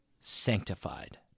Sanctified